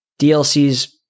DLCs